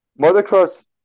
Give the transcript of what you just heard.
motocross